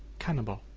cannibal,